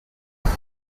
boss